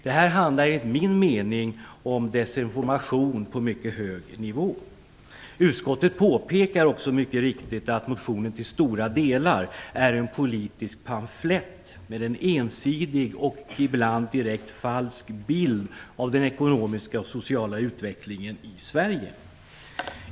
Det handlar enligt min mening om desinformation på mycket hög nivå. Utskottet påpekar också mycket riktigt att motionen till stora delar är en politisk pamflett med en ensidig och ibland direkt falsk bild av den ekonomiska och sociala utvecklingen i Sverige.